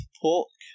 pork